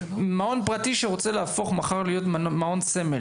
מעון פרטי שרוצה מחר להפוך להיות מעון סמל,